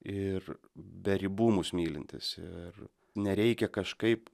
ir be ribų mus mylintis ir nereikia kažkaip